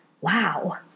wow